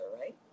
right